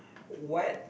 what